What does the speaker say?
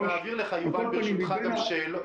אנחנו נעביר לך, יובל, ברשותך, גם שאלות.